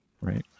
right